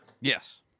yes